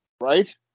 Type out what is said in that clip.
Right